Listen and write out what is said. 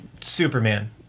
Superman